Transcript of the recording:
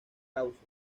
cauces